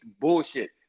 bullshit